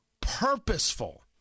purposeful